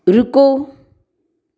रुको